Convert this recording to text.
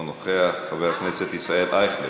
אינו נוכח, חבר הכנסת ישראל אייכלר,